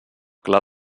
clar